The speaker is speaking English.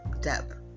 depth